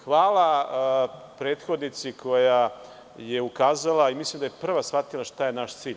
Hvala prethodnici koja je ukazala i mislim da je prva shvatila šta je naš cilj.